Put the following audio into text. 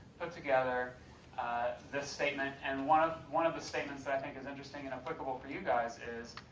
put together this statement. and one of one of the statements that i think is interesting and applicable for you guys is,